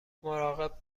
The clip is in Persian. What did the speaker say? مراقب